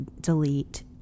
delete